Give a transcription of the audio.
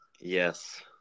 Yes